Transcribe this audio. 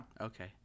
Okay